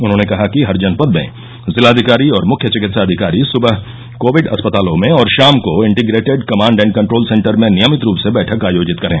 उन्होंने कहा कि हर जनपद में जिलाधिकारी और मुख्य चिकित्साधिकारी सुबह कोविड अस्पतालों में और शाम को integrated command and control centre में नियमित रूप से बैठक आयोजित करे